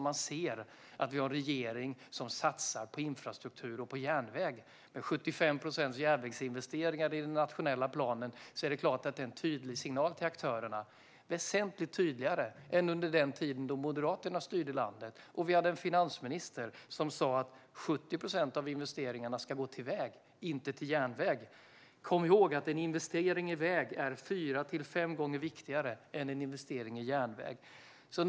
Man ser att vi har en regering som satsar på infrastruktur och järnväg med 75 procent järnvägsinvesteringar i den nationella planen. Det är klart att det är en tydlig signal till aktörerna, väsentligt tydligare än under den tid då Moderaterna styrde landet och vi hade en finansminister som sa att 70 procent av investeringarna skulle gå till väg och inte till järnväg. Kom ihåg att en investering i väg är fyra fem gånger viktigare än en investering i järnväg, sa han.